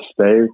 stay